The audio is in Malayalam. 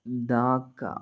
ധാക്ക